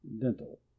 dental